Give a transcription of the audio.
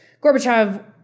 Gorbachev